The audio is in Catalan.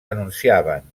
anunciaven